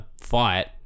fight